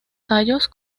tallos